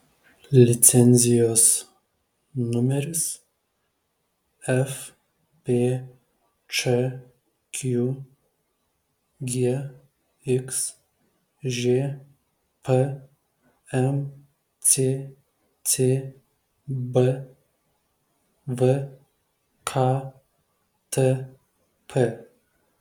licenzijos numeris fpčq gxžp mccb vktp